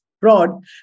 fraud